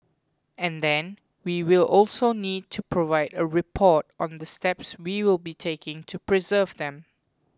and then we will also need to provide a report on the steps we will be taking to preserve them